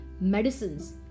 medicines